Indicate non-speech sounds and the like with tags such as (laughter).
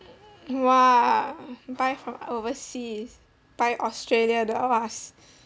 (noise) !wah! buy from overseas buy australia 的 was